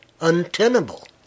untenable